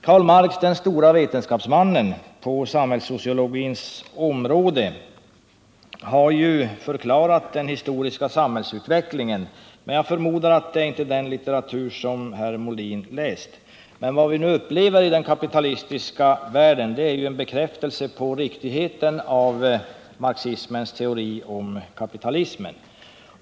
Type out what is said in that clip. Karl Marx, den store vetenskapsmannen på samhällssociologins område, har förklarat den historiska samhällsutvecklingen, men jag förstår att det inte är den litteratur som herr Molin läst. Vad vi nu upplever i den kapitalistiska världen är en bekräftelse av riktigheten i marxismens teori om kapitalismen.